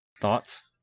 thoughts